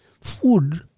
Food